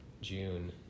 June